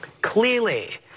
clearly